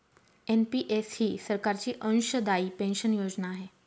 NPS ही सरकारची अंशदायी पेन्शन योजना आहे